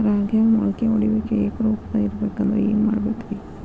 ರಾಗ್ಯಾಗ ಮೊಳಕೆ ಒಡೆಯುವಿಕೆ ಏಕರೂಪದಾಗ ಇರಬೇಕ ಅಂದ್ರ ಏನು ಮಾಡಬೇಕ್ರಿ?